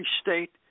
state